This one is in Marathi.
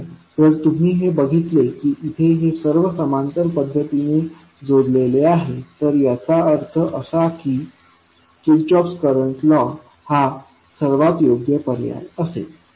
कारण जर तुम्ही हे बघितले की इथे हे सर्व समांतर पद्धतीने जोडलेले आहेत तर याचा अर्थ असा की किर्चहॉफ करंट लॉ हा सर्वात योग्य पर्याय असेल